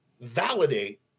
validate